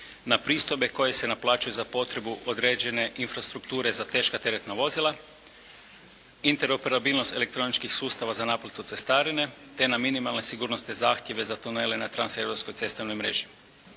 na pristojbe koje se naplaćuju za potrebu određene infrastrukture za teška teretna vozila, interoperabilnost elektroničkih sustava za naplatu cestarine te na minimalne sigurnosne zahtjeve za tunele na transeuropskoj cestovnoj mreži.